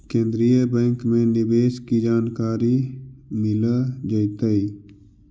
केन्द्रीय बैंक में निवेश की जानकारी मिल जतई